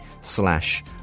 slash